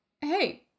hey